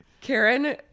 Karen